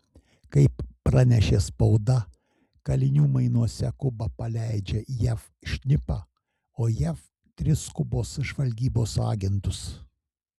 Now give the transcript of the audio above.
kaip pranešė spauda kalinių mainuose kuba paleidžia jav šnipą o jav tris kubos žvalgybos agentus